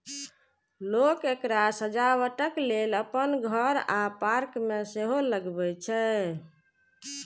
लोक एकरा सजावटक लेल अपन घर आ पार्क मे सेहो लगबै छै